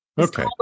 Okay